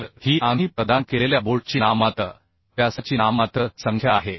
तर ही आम्ही प्रदान केलेल्या बोल्टची नाममात्र व्यासाची नाममात्र संख्या आहे